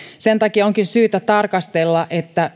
sen takia onkin syytä tarkastella